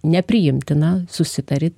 nepriimtina susitari